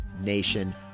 nation